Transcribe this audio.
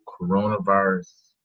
coronavirus